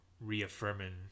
reaffirming